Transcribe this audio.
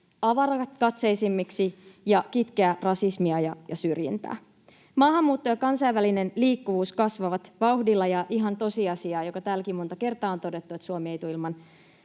avarakatseisemmiksi ja kitkeä rasismia ja syrjintää. Maahanmuutto ja kansainvälinen liikkuvuus kasvavat vauhdilla, ja se on ihan tosiasia ja on täälläkin monta kertaa todettu, että Suomi ei tule ilman